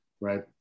right